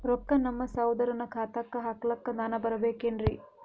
ರೊಕ್ಕ ನಮ್ಮಸಹೋದರನ ಖಾತಾಕ್ಕ ಹಾಕ್ಲಕ ನಾನಾ ಬರಬೇಕೆನ್ರೀ?